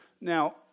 Now